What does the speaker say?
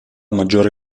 maggiore